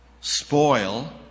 spoil